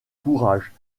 courage